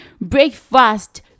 breakfast